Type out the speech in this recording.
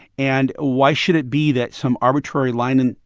and why should it be that some arbitrary line in,